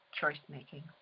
choice-making